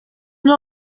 nur